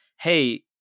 hey